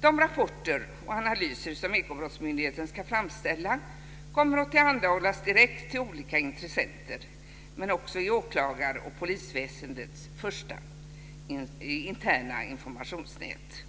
De rapporter och analyser som Ekobrottsmyndigheten ska framställa kommer att tillhandahållas direkt till olika intressenter men också i åklagar och polisväsendets interna informationsnät.